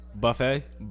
Buffet